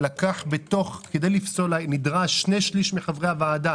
כדי לפסול נדרש שני-שליש מחברי הוועדה,